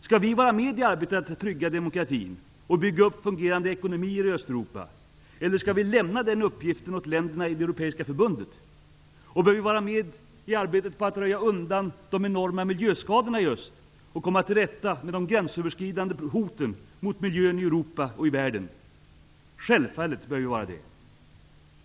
Skall vi vara med i arbetet att trygga demokratin och bygga upp fungerande ekonomier i Östeuropa -- eller skall vi lämna den uppgiften åt länderna i det europeiska förbundet? Och bör vi vara med i arbetet på att röja undan de enorma miljöskadorna i öst och komma till rätta med de gränsöverskridande hoten mot miljön i Europa och i världen? Självfallet bör vi vara med!